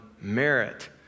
merit